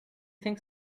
think